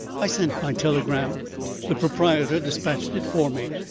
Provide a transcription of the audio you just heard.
i sent my telegram the proprietor dispatched it for me,